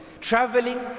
Traveling